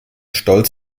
stolz